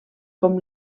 com